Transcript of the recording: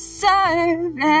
serve